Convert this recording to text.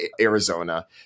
Arizona